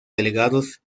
delegados